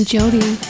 Jody